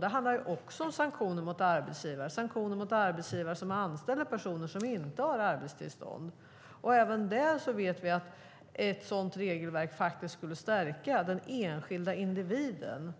Det handlar också om sanktioner mot arbetsgivare, sanktioner mot arbetsgivare som har anställda personer som inte har arbetstillstånd. Även där vet vi att ett sådant regelverk skulle stärka den enskilda individen